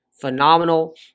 phenomenal